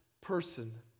person